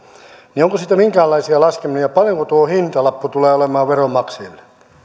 onko siitä minkäänlaisia laskelmia paljonko tuo hintalappu tulee olemaan veronmaksajille